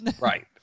Right